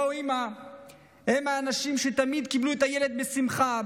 אבא או אימא הם האנשים שתמיד קיבלו את הילד בשמחה,